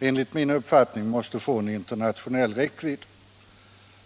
enligt min uppfattning måste få en internationell räckvidd.